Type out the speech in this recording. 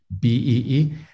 BEE